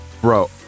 Bro